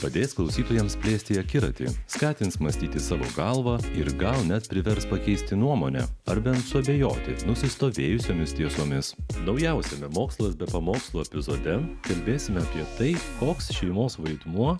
padės klausytojams plėsti akiratį skatins mąstyti savo galva ir gal net privers pakeisti nuomonę ar bent suabejoti nusistovėjusiomis tiesomis naujausiame mokslas be pamokslų epizode kalbėsime apie tai koks šeimos vaidmuo